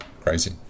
crazy